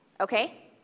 Okay